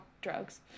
drugs